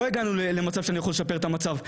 לא הגעתי איתה למצב שאפשר לשפר את המצב,